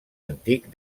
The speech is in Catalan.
antic